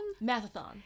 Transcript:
Mathathon